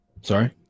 Sorry